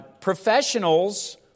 Professionals